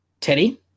Teddy